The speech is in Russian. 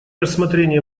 рассмотрении